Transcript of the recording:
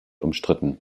umstritten